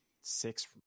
six